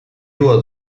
was